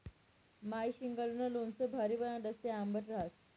माय शिंगाडानं लोणचं भारी बनाडस, ते आंबट रहास